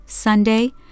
Sunday